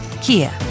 Kia